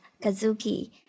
Kazuki